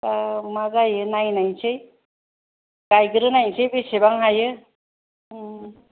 दा माजायो नायनायसै गाइग्रोनायसै बेसेबां हायो उम